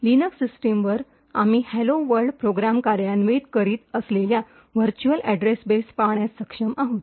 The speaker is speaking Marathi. लिनक्स सिस्टमवर आम्ही हॅलो वर्ल्ड प्रोग्राम कार्यान्वित करीत असलेला व्हर्च्युअल अॅड्रेस बेस पाहण्यास सक्षम आहोत